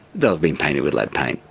they'll have been painted with lead paint,